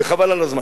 וחבל על הזמן.